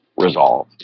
resolve